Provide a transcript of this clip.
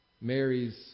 Mary's